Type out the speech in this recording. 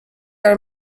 are